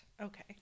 Okay